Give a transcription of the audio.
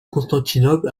constantinople